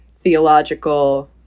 theological